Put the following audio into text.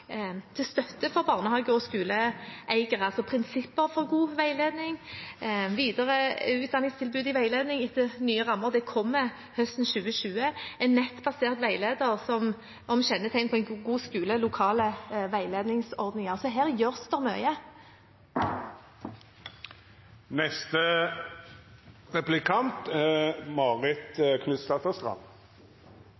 til støtte for barnehager og skoleeiere – prinsipper for god veiledning og rammer for videreutdanning for veiledere. Det kommer, høsten 2020, en nettbasert veileder om kjennetegn på en god skole, lokale veiledningsordninger, så her gjøres det mye.